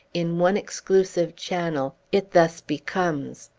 in one exclusive channel, it thus becomes.